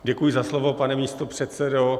Děkuji za slovo, pane místopředsedo.